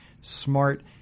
smart